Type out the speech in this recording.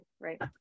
right